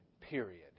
period